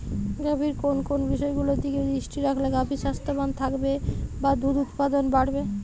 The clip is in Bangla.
গাভীর কোন কোন বিষয়গুলোর দিকে দৃষ্টি রাখলে গাভী স্বাস্থ্যবান থাকবে বা দুধ উৎপাদন বাড়বে?